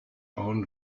own